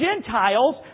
Gentiles